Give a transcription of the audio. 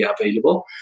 available